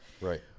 Right